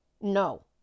No